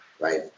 right